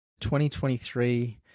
2023